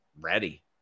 ready